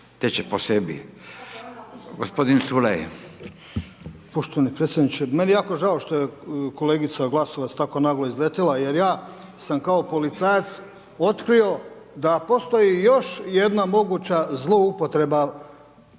teče po sebi. Gospodin Culej.